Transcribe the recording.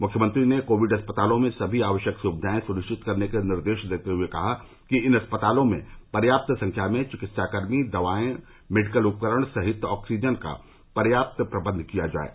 मुख्यमंत्री ने कोविड अस्पतालों में समी आवश्यक सुविधाएं सुनिश्चित करने के निर्देश देते हये कहा कि इन अस्पतालों में पर्याप्त संख्या में चिकित्साकर्मी दवायें मेडिकल उपकरण सहित ऑक्सीजन का पर्याप्त प्रबंध किया जाये